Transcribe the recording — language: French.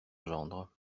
gendre